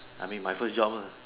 I mean my first job ah